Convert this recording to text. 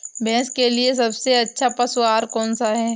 भैंस के लिए सबसे अच्छा पशु आहार कौन सा है?